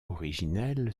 originel